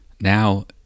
Now